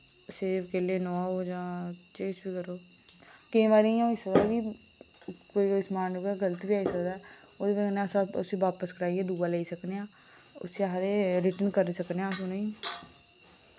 सेव केल्ले नुआओ जां जे किश बी करो केईं बारि इयां होई सकदा कि कोई कोई समान उदे गलत बी आई सकदा ओह्दी बजह कन्नै अस उसी वापस कराइयै दूआ लेई सकने आं उसी आखदे रिटर्न करी सकने आं अस उ'नें